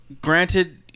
granted